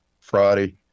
friday